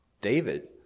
David